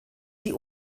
die